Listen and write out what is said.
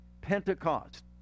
Pentecost